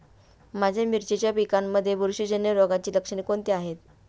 माझ्या मिरचीच्या पिकांमध्ये बुरशीजन्य रोगाची लक्षणे कोणती आहेत?